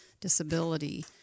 disability